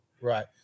Right